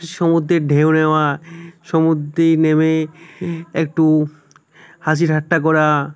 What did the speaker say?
সমুদ্রের ঢেউ নেওয়া সমুদ্রে নেমে একটু হাসিঠাট্টা করা